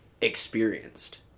experienced